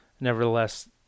nevertheless